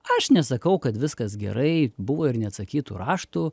aš nesakau kad viskas gerai buvo ir neatsakytų raštų